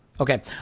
Okay